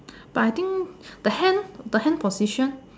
but I think the hand the hand position